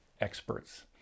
experts